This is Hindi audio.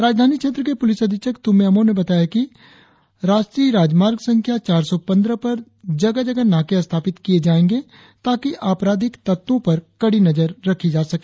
राजधानी क्षेत्र के पुलिस अधीक्षक तुम्मे अमो ने बताया कि राष्ट्रीय राजमार्ग संख्या चार सौ पंद्रह पर जगह जगह नाके स्थापित किये जायेंगे ताकि अपराधिक तत्वों पर कड़ी नजर रखी जा सके